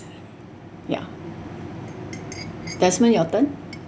ya desmond your turn